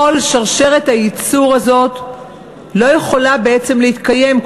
כל שרשרת הייצור הזאת לא יכולה בעצם להתקיים,